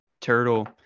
turtle